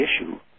issue